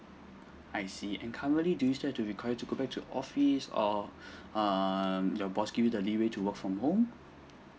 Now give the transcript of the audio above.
I see and currently do you still have to require to go back to office or um your boss give you the way to work from home